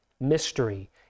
mystery